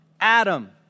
Adam